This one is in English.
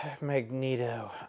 magneto